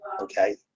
okay